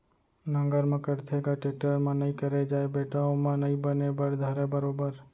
नांगर म करथे ग, टेक्टर म नइ करे जाय बेटा ओमा नइ बने बर धरय बरोबर